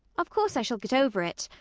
of course i shall get over it.